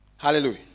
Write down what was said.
Hallelujah